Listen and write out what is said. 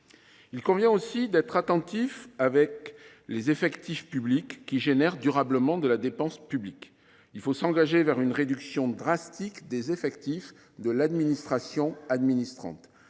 Il convient aussi d’être attentif aux effectifs publics qui créent durablement de la dépense publique. Il faut s’engager vers une réduction draconienne des effectifs de l’administration « administrante